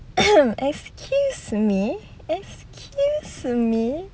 excuse me excuse me